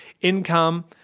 income